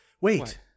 Wait